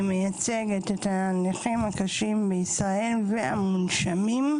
מייצגת את הנכים הקשים בישראל והמונשמים.